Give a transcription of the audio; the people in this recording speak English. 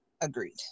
agreed